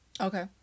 Okay